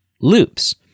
loops